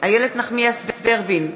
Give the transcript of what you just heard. איילת נחמיאס ורבין,